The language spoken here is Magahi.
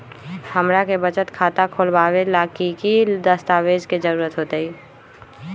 हमरा के बचत खाता खोलबाबे ला की की दस्तावेज के जरूरत होतई?